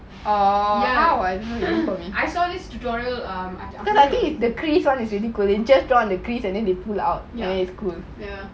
I saw this tutorial um